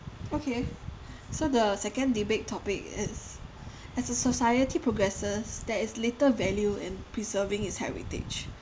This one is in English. okay so the second debate topic is as a society progresses there is little value in preserving its heritage